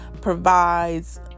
provides